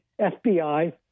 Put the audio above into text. FBI